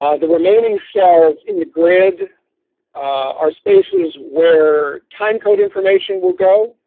ah the remaining cells in the grid are stations where time code information will go,